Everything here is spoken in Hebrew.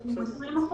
הוא 20%,